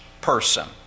person